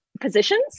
positions